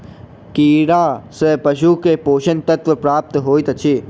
कीड़ा सँ पशु के पोषक तत्व प्राप्त होइत अछि